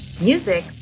Music